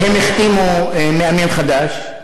הם החתימו מאמן חדש.